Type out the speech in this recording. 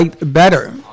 better